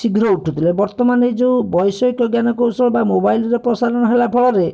ଶୀଘ୍ର ଉଠୁଥିଲେ ବର୍ତ୍ତମାନ ଏ ଯୋଉ ବୈଷୟିକଜ୍ଞାନ କୌଶଳ ବା ମୋବାଇଲ୍ ରେ ପ୍ରସାରଣ ହେଲା ଫଳରେ